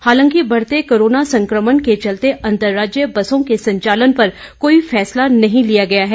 हालांकि बढ़ते कोरोना संकमण के चलते अंतर्राज्यीय बसों के संचालन पर कोई फैसला नहीं लिया गया है